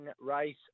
race